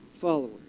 followers